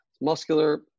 muscular